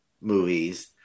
movies